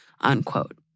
unquote